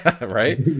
Right